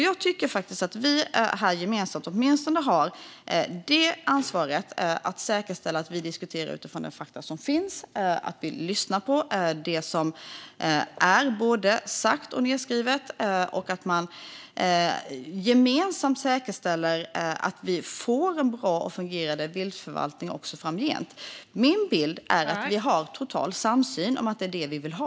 Jag tycker faktiskt att vi här gemensamt åtminstone har ansvaret att säkerställa att vi diskuterar utifrån de fakta som finns, att vi lyssnar på det som är både sagt och nedskrivet och att vi gemensamt säkerställer att vi får en bra och fungerande viltförvaltning också framgent. Min bild är att vi har total samsyn om att det är detta vi vill ha.